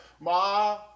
ma